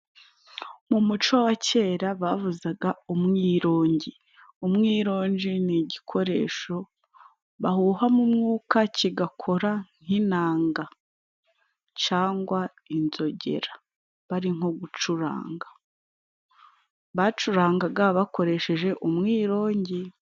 Mu muco wa kera bavuzaga umwirongi. Umwirongi ni igikoresho bahuhamo umwuka kigakora nk'inanga, cyangwa inzogera bari nko gucuranga. Bacurangaga bakoresheje umwirongi.